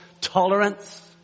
tolerance